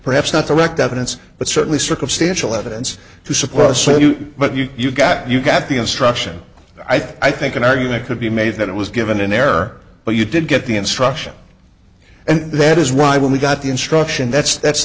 perhaps not direct evidence but certainly circumstantial evidence to support a so you but you've got you've got the instruction i think an argument could be made that it was given in air but you did get the instructor and that is why when we got the instruction that's that's